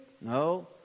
No